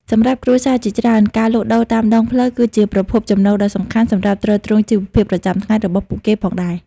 សម្រាប់គ្រួសារជាច្រើន ការលក់ដូរតាមដងផ្លូវគឺជាប្រភពចំណូលដ៏សំខាន់សម្រាប់ទ្រទ្រង់ជីវភាពប្រចាំថ្ងៃរបស់ពួកគេផងដែរ ។